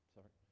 Sorry